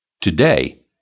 Today